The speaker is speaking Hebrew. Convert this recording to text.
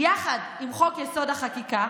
יחד עם חוק-יסוד: החקיקה,